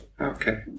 Okay